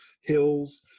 hills